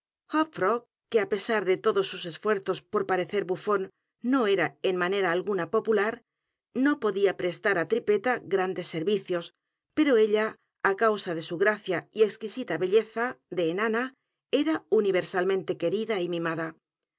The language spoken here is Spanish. que á pesar d e edgar poe novelas y cuentos todos sus esfuerzos por parecer bufón no era en manera algunapopular n o p o d í a p r e s t a r á t r i p e t t a grandes servicios pero ella á causa de su gracia y exquisita belleza de enana era umversalmente querida y m